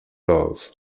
love